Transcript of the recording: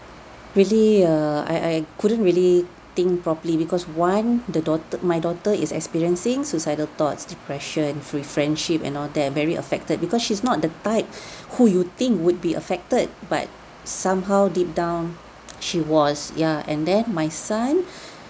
really err I I couldn't really think properly because one the daugh~ my daughter is experiencing suicidal thoughts depression with friendship and all that very affected because she's not the type who you think would be affected but somehow deep down she was ya and then my son